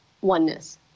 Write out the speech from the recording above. oneness